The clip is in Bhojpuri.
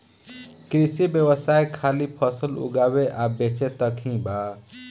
कृषि व्यवसाय खाली फसल उगावे आ बेचे तक ही बा